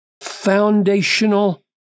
foundational